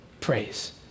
praise